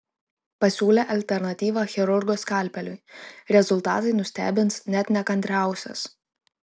pasiūlė alternatyvą chirurgo skalpeliui rezultatai nustebins net nekantriausias